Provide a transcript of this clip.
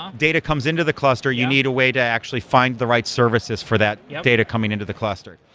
um data comes into the cluster. you need a way to actually find the right services for that data coming into the cluster.